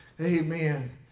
Amen